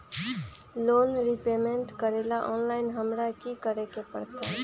Loan repayment करेला online हमरा की करे के परतई?